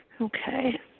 okay